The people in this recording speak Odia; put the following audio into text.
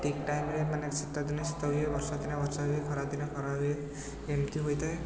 ଠିକ୍ ଟାଇମ୍ରେ ମାନେ ଶୀତଦିନେ ଶୀତ ହୁଏ ବର୍ଷା ଦିନେ ବର୍ଷା ହୁଏ ଖରାଦିନେ ଖରା ହୁଏ ଏମିତି ହୋଇଥାଏ